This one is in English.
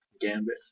Gambit